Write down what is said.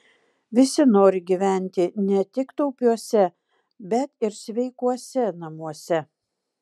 visi nori gyventi ne tik taupiuose bet ir sveikuose namuose